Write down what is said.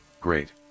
great